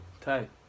Tight